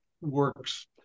works